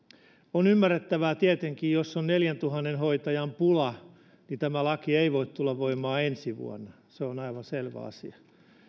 on ymmärrettävää tietenkin että jos on neljäntuhannen hoitajan pula niin tämä laki ei voi tulla voimaan ensi vuonna se on aivan selvä asia